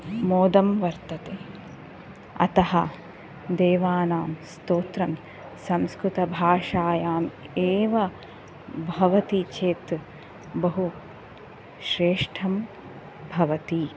मोदं वर्तते अतः देवानां स्तोत्रं संस्कृताभषायाम् एव भवति चेत् बहु श्रेष्ठं भवति